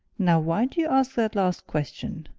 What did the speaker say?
now, why do you ask that last question?